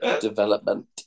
development